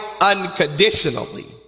unconditionally